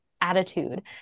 attitude